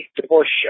divorce